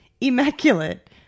Immaculate